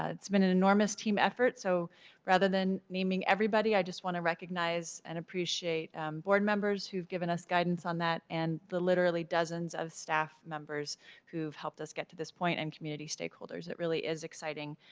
ah it's been an enormous team effort. so rather than naming everybody i want to recognize and appreciate board members who have given us guidance on that and the literally dozens of staff members who helped us get to this point and community stakeholders. it really is exciting.